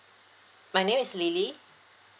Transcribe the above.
my name is lily